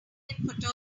photography